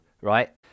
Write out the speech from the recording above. right